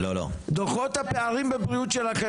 דוחות הפערים בבריאות שלכם,